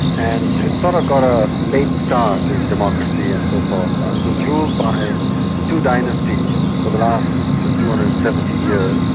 and it sort of got a late start in democracy and so forth. and it was ruled by two dynasties for the last two two hundred and seventy years.